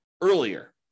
earlier